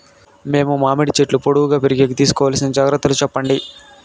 మేము మామిడి చెట్లు పొడువుగా పెరిగేకి తీసుకోవాల్సిన జాగ్రత్త లు చెప్పండి?